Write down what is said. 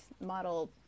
model